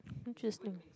interesting